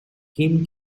kim